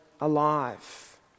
alive